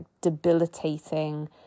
debilitating